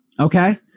Okay